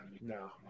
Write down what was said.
no